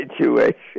situation